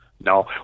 No